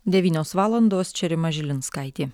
devynios valandos čia rima žilinskaitė